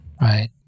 Right